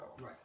Right